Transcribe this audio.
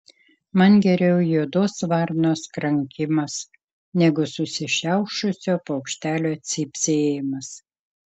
man geriau juodos varnos krankimas negu susišiaušusio paukštelio cypsėjimas